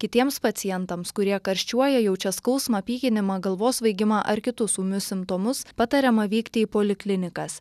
kitiems pacientams kurie karščiuoja jaučia skausmą pykinimą galvos svaigimą ar kitus ūmius simptomus patariama vykti į poliklinikas